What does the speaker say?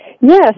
Yes